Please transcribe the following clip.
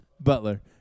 Butler